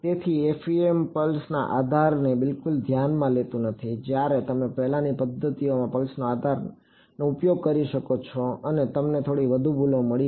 તેથી FEM pulse આધારને બિલકુલ ધ્યાનમાં લેતું નથી જ્યારે તમે પહેલાની પદ્ધતિઓમાં પલ્સ આધારનો ઉપયોગ કરી શકો છો અને તમને થોડી વધુ ભૂલો મળી છે